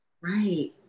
right